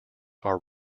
are